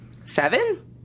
Seven